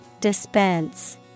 Dispense